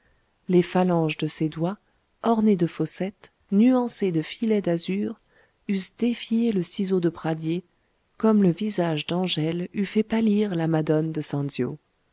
les phalanges de ces doigts ornées de fossettes nuancées de filets d'azur eussent défié le ciseau de pradier comme le visage d'angèle eût fait pâlir la madone de sanzio